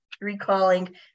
recalling